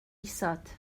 isod